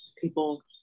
people